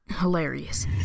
hilarious